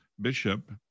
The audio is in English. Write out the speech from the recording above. Bishop